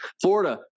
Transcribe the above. Florida